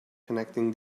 connecting